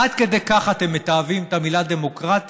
עד כדי כך אתם מתעבים את המילה דמוקרטיה,